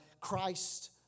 Christ